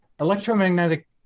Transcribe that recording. Electromagnetic